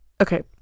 okay